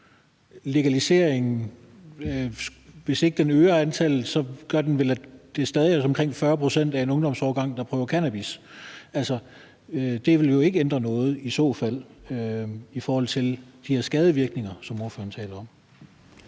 Legaliseringen gør vel, hvis ikke den øger antallet, at det stadig er omkring 40 pct. af en ungdomsårgang, der prøver cannabis. Det vil jo i så fald ikke ændre noget, altså i forhold til de her skadevirkninger, som ordføreren taler om.